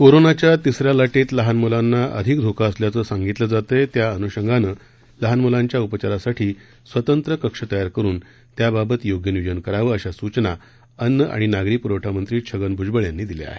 कोरोनाच्या तिसऱ्या लाटेत लहान मुलांना अधिक धोका असल्याचं सांगितलं जातंय त्या अनुषंगानं लहान मुलांच्या उपाचारासाठी स्वंतत्र कक्ष तयार करुन त्याबाबत योग्य नियोजन करावं अशा सूचना अन्न आणि नागरी पुरवठा मंत्री छगन भूजबळ यांनी दिल्या आहेत